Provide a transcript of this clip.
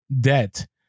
Debt